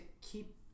keep